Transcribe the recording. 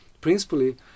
principally